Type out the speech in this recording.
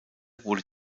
wurde